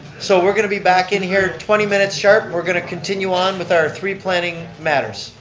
so we're going to be back in here twenty minutes sharp, we're going to continue on with our three planning matters.